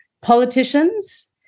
politicians